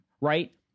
right